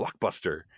blockbuster